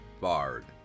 Bard